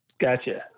Gotcha